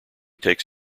takes